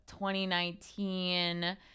2019